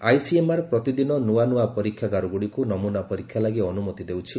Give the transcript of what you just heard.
ICMR ପ୍ରତିଦିନ ନୂଆ ନୂଆ ପରୀକ୍ଷାଗାରଗୁଡ଼ିକୁ ନମୁନା ପରୀକ୍ଷା ଲାଗି ଅନୁମତି ଦେଉଛି